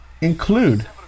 include